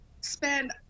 spend